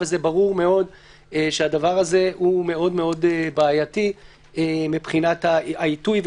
וזה ברור מאוד שהדבר הזה הוא מאוד מאוד בעייתי מבחינת העיתוי,